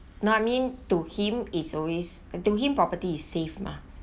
no I mean to him is always to him property is safe mah